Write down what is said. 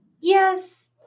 Yes